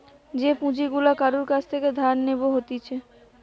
যে পুঁজি গুলা কারুর কাছ থেকে ধার নেব হতিছে